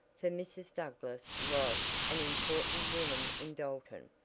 for mrs. douglass was an important woman in dalton,